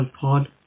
Pod